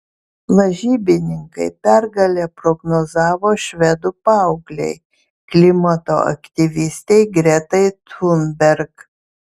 lažybininkai pergalę prognozavo švedų paauglei klimato aktyvistei gretai thunberg